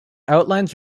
outlines